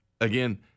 Again